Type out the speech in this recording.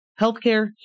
Healthcare